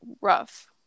rough